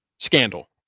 Scandal